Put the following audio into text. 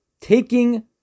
taking